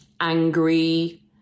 angry